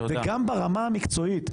גם ברמה המקצועית,